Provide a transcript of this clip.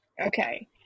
Okay